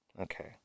Okay